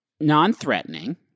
non-threatening